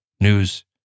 News